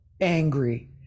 angry